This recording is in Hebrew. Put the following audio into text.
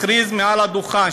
הכריז מעל הדוכן,